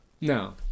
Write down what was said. No